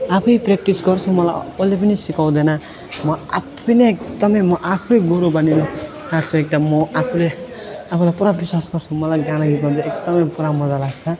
आफै प्र्याक्टिस गर्छु मलाई कसैले पनि सिकाउँदैन म आफै नै एकदमै म आफै गुरु बनेर आँट्छु एकदम म आफूले आफूलाई पुरा विश्वास गर्छु मलाई गाना गीत गाउनु चाहिँ एकदमै पुरा मजा लाग्छ